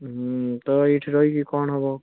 ହୁଁ ତ ଏଇଠି ରହିକି କଣ ହେବ